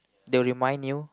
they'll remind you